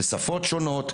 בשפות שונות,